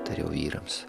tariau vyrams